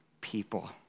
people